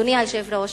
אדוני היושב-ראש,